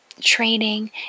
training